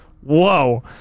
Whoa